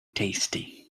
tasty